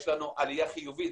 יש לנו עלייה חיובית,